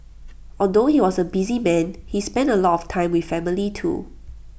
although he was A busy man he spent A lot of time with family too